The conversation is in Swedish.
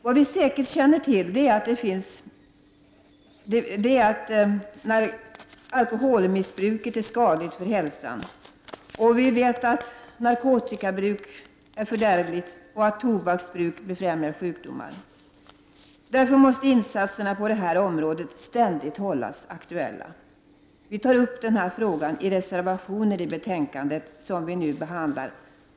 Vad vi säkert känner till är att alkoholmissbruk är skadligt för hälsan liksom att narkotikabruk är fördärvligt och att tobaksbruk befrämjar sjukdomar. Därför måste insatserna på det här området ständigt hållas aktuella. Vi tar upp den här frågan i reservationer till det betänkande som vi nu behandlar.